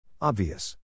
Obvious